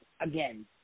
again